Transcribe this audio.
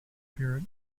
spirit